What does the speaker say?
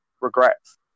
regrets